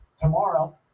tomorrow